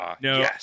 No